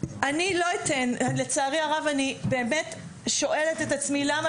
אני לא אתן לצערי הרב אני באמת שואלת את עצמי למה